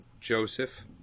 Joseph